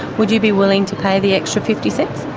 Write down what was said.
would you be willing to pay the extra fifty cents?